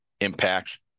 impacts